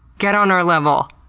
get on our level.